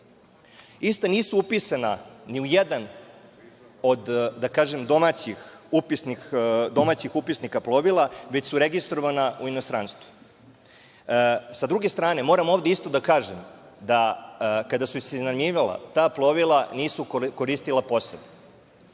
Ista nisu upisana ni u jedan od domaćih upisnika plovila, već su registrovana u inostranstvu.S druge strane, moram ovde isto da kažem da kada su se iznajmljivala ta plovila nisu koristila